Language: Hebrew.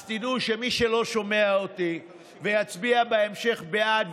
אז תדעו שמי שלא שומע אותי ויצביע בהמשך בעד,